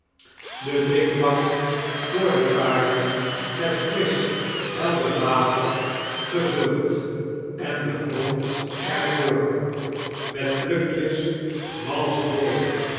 de dririkbak voor de paarden met firisch helder water gevuld en de grond er voor met plukjes malsch hooi